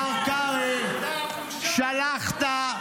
שקרנית.